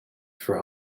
for